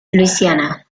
luisiana